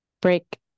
break